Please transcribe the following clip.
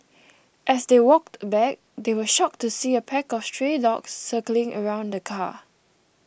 as they walked back they were shocked to see a pack of stray dogs circling around the car